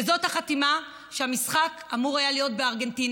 וזאת החתימה שהמשחק אמור היה להיות בירושלים.